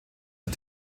zur